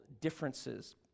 differences